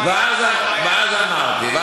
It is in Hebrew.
ואז אמרתי, כמה זמן יישארו בבית, ?